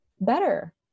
better